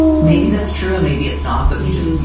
maybe that's true and maybe it's not. but you just need.